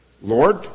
Lord